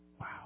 Wow